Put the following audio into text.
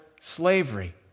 slavery